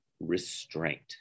restraint